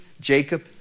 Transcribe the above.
Jacob